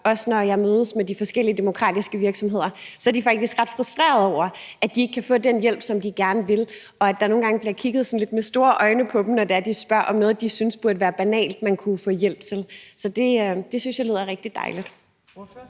og når jeg mødes med de forskellige demokratiske virksomheder, er de faktisk ret frustrerede over, at de ikke kan få den hjælp, som de gerne vil have, og at der nogle gange bliver kigget sådan lidt med store øjne på dem, når de spørger om noget, som de synes burde være banalt at man kunne få hjælp til. Så det synes jeg lyder rigtig dejligt.